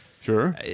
Sure